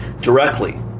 directly